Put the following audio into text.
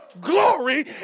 glory